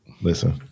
Listen